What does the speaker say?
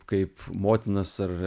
kaip motinos ar